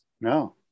No